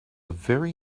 very